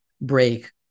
break